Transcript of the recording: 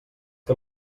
que